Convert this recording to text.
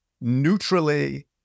neutrally